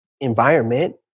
environment